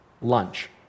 lunch